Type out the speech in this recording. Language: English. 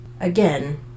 again